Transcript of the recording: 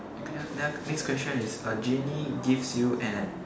okay lor ya next question is a genie gives you an ad~